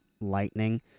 lightning